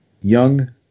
young